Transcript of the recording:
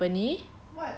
previous company